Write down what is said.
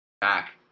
back